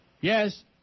Yes